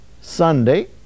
Sunday